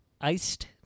Iced